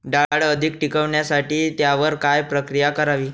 डाळ अधिक टिकवण्यासाठी त्यावर काय प्रक्रिया करावी?